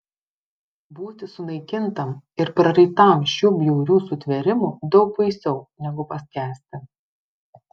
būti sunaikintam ir prarytam šių bjaurių sutvėrimų daug baisiau negu paskęsti